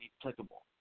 applicable